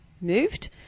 moved